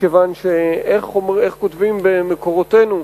מכיוון שככתוב במקורותינו,